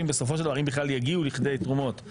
זה